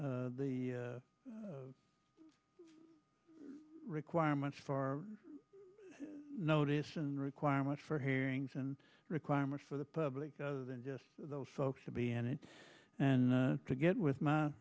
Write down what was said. the requirements for notice and require much for hearings and requirements for the public other than just those folks to be in it and to get with my